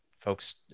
folks